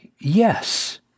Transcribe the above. yes